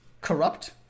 corrupt